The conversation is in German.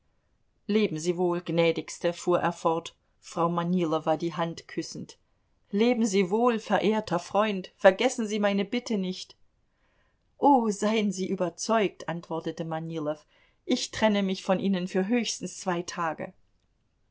leben sie wohl gnädigste fuhr er fort frau manilowa die hand küssend leben sie wohl verehrter freund vergessen sie meine bitte nicht oh seien sie überzeugt antwortete manilow ich trenne mich von ihnen für höchstens zwei tage